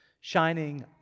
shining